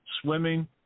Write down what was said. swimming